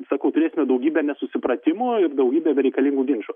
sakau turėsime daugybę nesusipratimų ir daugybę bereikalingų ginčų